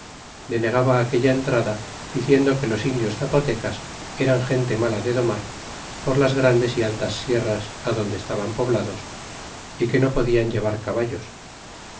denegaba aquella entrada diciendo que los indios zapotecas eran gente mala de domar por las grandes y altas sierras adonde estan poblados y que nb podían llevar caballos